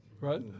right